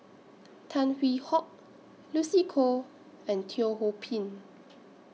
Tan Hwee Hock Lucy Koh and Teo Ho Pin